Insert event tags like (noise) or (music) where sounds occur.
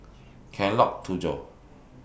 (unintelligible) Tujoh